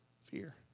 Fear